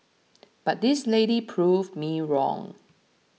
but this lady proved me wrong